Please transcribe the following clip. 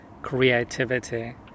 creativity